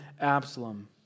Absalom